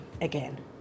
again